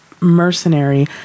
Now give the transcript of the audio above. mercenary